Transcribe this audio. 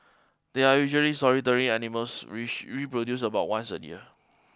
they are usually solitary animals which reproduce about once a year